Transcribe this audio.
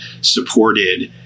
supported